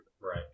Right